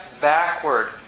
backward